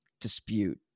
dispute